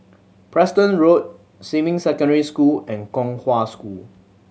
Preston Road Xinmin Secondary School and Kong Hwa School